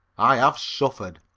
i have suffered.